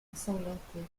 ensanglantés